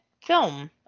film